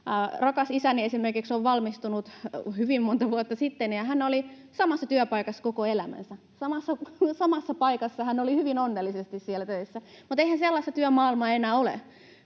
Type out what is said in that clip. esimerkiksi on valmistunut hyvin monta vuotta sitten, ja hän oli samassa työpaikassa koko elämänsä, samassa paikassa hän oli hyvin onnellisesti töissä, mutta eihän sellaista työmaailmaa enää ole.